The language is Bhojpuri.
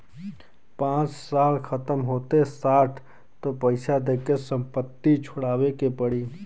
पाँच साल खतम होते साठ तो पइसा दे के संपत्ति छुड़ावे के पड़ी